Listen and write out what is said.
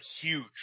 huge